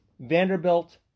Vanderbilt